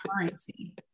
currency